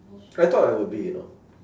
I thought I would be you know